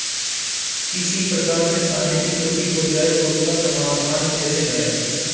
किसी प्रकार से सांख्यिकी त्रुटि हो जाए तो उसका समाधान कैसे करें?